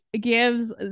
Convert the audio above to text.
gives